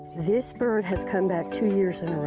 this bird has come back two years in